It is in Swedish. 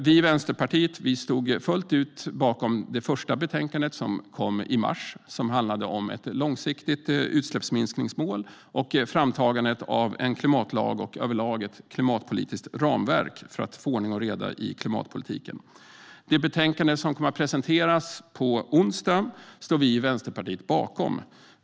Vi i Vänsterpartiet stod fullt ut bakom det första betänkandet, som kom i mars och som handlade om ett långsiktigt utsläppsminskningsmål, framtagandet av en klimatlag och överlag ett klimatpolitiskt ramverk för att få ordning och reda i klimatpolitiken. Det betänkande som kommer att presenteras på onsdag står vi i Vänsterpartiet bakom.